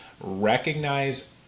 recognize